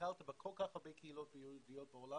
ביקרת בכל כך הרבה קהילות יהודיות בעולם.